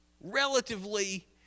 relatively